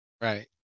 Right